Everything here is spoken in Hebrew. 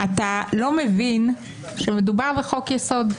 אתה לא מבין שמדובר בחוק יסוד,